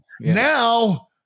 Now